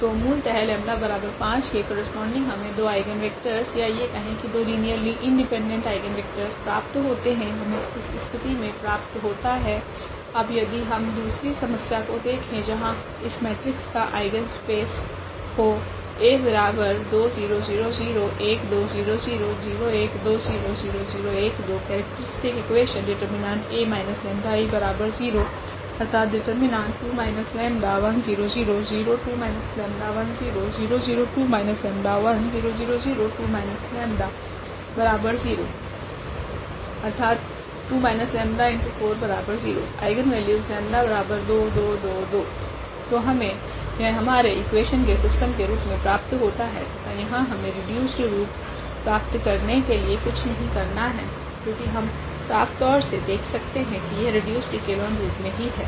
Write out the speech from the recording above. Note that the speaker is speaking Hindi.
तो मूलतः 𝜆5 के करस्पोंडिंग हमे 2 आइगनवेक्टरस या ये कहे की 2 लीनियरली इंडिपेंडेंट आइगनवेक्टरस प्राप्त होते है हमे इस स्थिति मे प्राप्त होता है अब यदि हम दूसरी समस्या को देखे जहां इस मेट्रिक्स का आइगनस्पेस हो केरेक्ट्रीस्टिक इक्वेशन ⇒2−𝜆40 आइगनवेल्यूस 𝜆2 2 2 2 तो हमे यह हमारे इक्वेशन इक्वेशन के सिस्टम के रूप मे प्राप्त होता है तथा यहाँ हमे रीडयूस्ड रूप प्राप्त करने के लिए कुछ नहीं करना है क्योकि हम साफ तौर से देख सकते है की यह रिड्यूसड इक्लोन रूप मे ही है